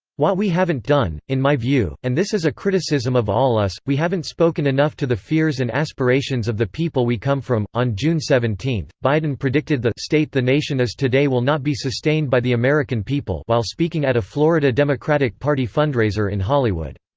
what we haven't done, in my view and this is a criticism of all us we haven't spoken enough to the fears and aspirations of the people we come from. on june seventeen, biden predicted the state the nation is today will not be sustained by the american people while speaking at a florida democratic party fundraiser in hollywood.